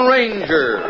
Ranger